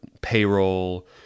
payroll